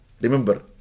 remember